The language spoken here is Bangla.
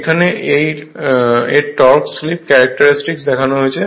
এখানে এর টর্ক স্লিপ ক্যারেক্টারিস্টিক দেখানো হয়েছে